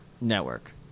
network